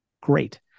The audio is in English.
great